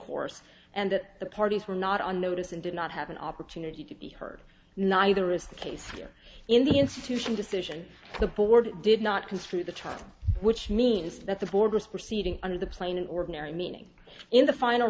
course and that the parties were not on notice and did not have an opportunity to be heard neither is the case here in the institution decision the board did not construe the trial which means that the borders proceeding under the plane an ordinary meaning in the final